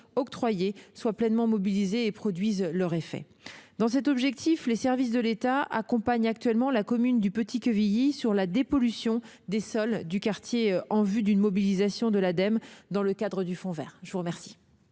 octroyées soient pleinement mobilisées et produisent leur effet. Dans cette optique, les services de l'État accompagnent actuellement la commune de Petit-Quevilly sur la dépollution des sols du quartier en vue d'une mobilisation de l'Ademe dans le cadre du fonds vert. La parole